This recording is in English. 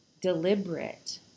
deliberate